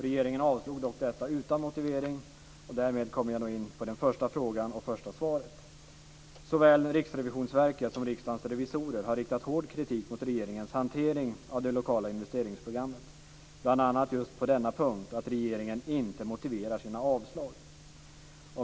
Regeringen avslog dock detta utan motivering, och därmed kommer jag in på den första frågan och det första svaret. Såväl Riksrevisionsverket som Riksdagens revisorer har riktat hård kritik mot regeringens hantering av det lokala investeringsprogrammet, bl.a. just på punkten att regeringen inte motiverar sina avslag.